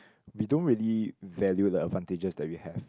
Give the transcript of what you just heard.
we don't really value the advantages that we have